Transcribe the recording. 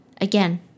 Again